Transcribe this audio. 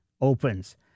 opens